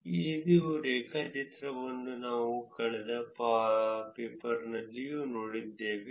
ಇನ್ನೊಂದು ಕುತೂಹಲಕಾರಿ ನಿರ್ಣಯವಿದೆ ನೋಡಿ ಇದೇ ರೇಖಾಚಿತ್ರವನ್ನು ನಾವು ಕಳೆದ ಪೇಪರ್ನಲ್ಲಿಯೂ ನೋಡಿದ್ದೇವೆ